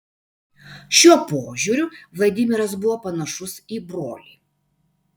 šiuo požiūriu vladimiras buvo panašus į brolį